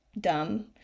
dumb